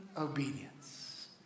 obedience